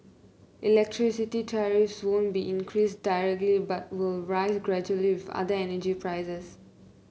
electricity tariffs won't be increased directly but will rise gradually with other energy prices